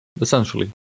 essentially